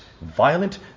violent